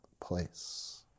place